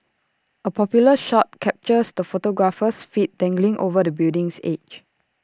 A popular shot captures the photographer's feet dangling over the building's edge